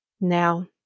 Now